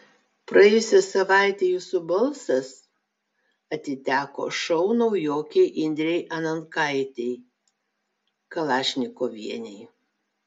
praėjusią savaitę jūsų balsas atiteko šou naujokei indrei anankaitei kalašnikovienei